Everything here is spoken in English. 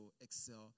excel